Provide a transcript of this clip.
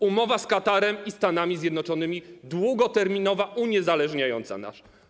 Umowy z Katarem i Stanami Zjednoczonymi, długoterminowe, uniezależniające nas.